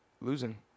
losing